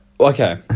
Okay